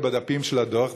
מסתכל עכשיו בדפים של הדוח,